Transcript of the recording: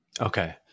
Okay